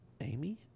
Amy